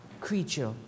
creature